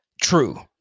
True